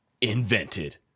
Invented